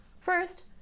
First